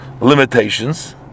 limitations